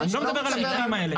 אני לא מדבר על המקרים האלה.